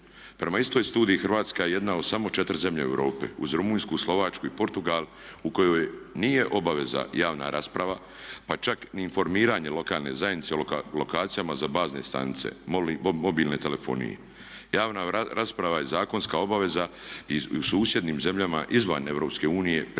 Prema istoj studiji Hrvatska je jedna od samo četiri zemlje u Europi uz Rumunjsku, Slovačku i Portugal u kojoj nije obaveza javna rasprava pa čak ni informiranje lokalne zajednice lokacijama za bazne stanice mobilnoj telefoniji. Javna rasprava je zakonska obaveza i u susjednim zemljama izvan Europske unije primjera